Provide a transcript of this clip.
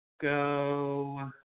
go